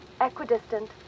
equidistant